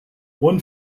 one